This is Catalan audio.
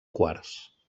quars